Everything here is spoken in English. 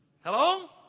Hello